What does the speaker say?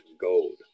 gold